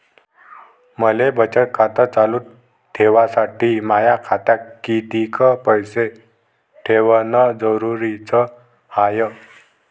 मले बचत खातं चालू ठेवासाठी माया खात्यात कितीक पैसे ठेवण जरुरीच हाय?